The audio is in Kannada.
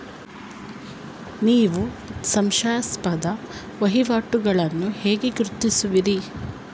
ನೀವು ಸಂಶಯಾಸ್ಪದ ವಹಿವಾಟುಗಳನ್ನು ಹೇಗೆ ಗುರುತಿಸುವಿರಿ?